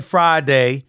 Friday